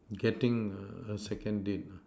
getting err a second date lah